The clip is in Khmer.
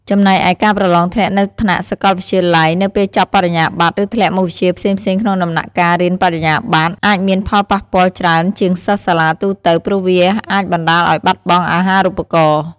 ចំណែកឯ ការប្រឡងធ្លាក់នៅថ្នាក់សាកលវិទ្យាល័យនៅពេលចប់បរិញ្ញាបត្រ ឬធ្លាក់មុខវិជ្ជាផ្សេងៗក្នុងដំណាក់កាលរៀនបរិញ្ញាប័ត្រ អាចមានផលប៉ះពាល់ច្រើនជាងសិស្សសាលាទូទៅ ព្រោះវាអាចបណ្តាលឲ្យបាត់បង់អាហារូបករណ៍។